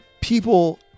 people